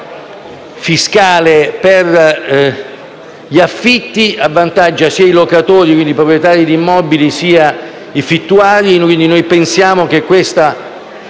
l'agevolazione fiscale per gli affitti che avvantaggia sia i locatori, cioè i proprietari di immobili, sia gli affittuari.